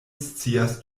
scias